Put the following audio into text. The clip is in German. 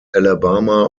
alabama